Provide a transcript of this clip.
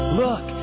look